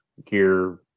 Gear